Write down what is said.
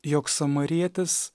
jog samarietis